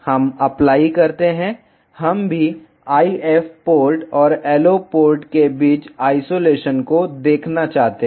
हम अप्लाई करते हैं हम भी IF पोर्ट और LO पोर्ट के बीच आइसोलेशन को देखना चाहते हैं